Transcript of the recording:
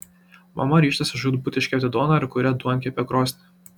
mama ryžtasi žūtbūt iškepti duoną ir kuria duonkepę krosnį